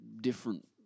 different